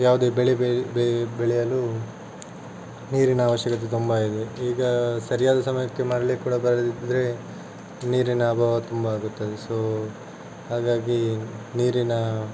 ಯಾವುದೇ ಬೆಳೆ ಬೇಯ್ ಬೆಳೆಯಲು ನೀರಿನ ಅವಶ್ಯಕತೆ ತುಂಬ ಇದೆ ಈಗ ಸರಿಯಾದ ಸಮಯಕ್ಕೆ ಮಳೆ ಕೂಡ ಬರದಿದ್ರೆ ನೀರಿನ ಅಭಾವ ತುಂಬ ಆಗುತ್ತದೆ ಸೋ ಹಾಗಾಗಿ ನೀರಿನ